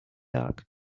dark